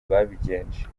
babigenje